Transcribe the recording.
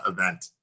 event